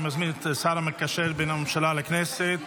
אני מזמין את השר המקשר בין הממשלה לבין הכנסת